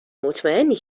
مطمئنی